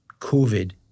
COVID